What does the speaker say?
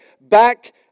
back